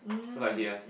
so like he has